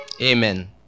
Amen